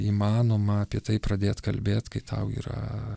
įmanoma apie tai pradėt kalbėt kai tau yra